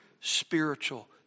spiritual